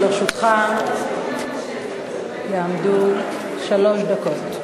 לרשותך יעמדו שלוש דקות.